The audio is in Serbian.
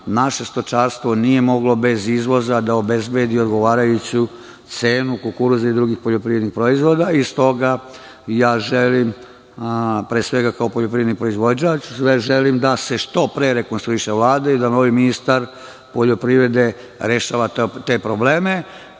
Naše stočarstvo nije moglo da obezbedi odgovarajuću cenu kukuruza i drugih poljoprivrednih proizvoda i s toga želim, pre svega kao poljoprivredni proizvođač, da se što pre rekonstruiše Vlada i da novi ministar poljoprivrede rešava te probleme.